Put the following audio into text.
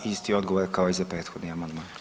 Isti odgovor kao i za prethodni amandman.